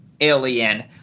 Alien